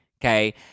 okay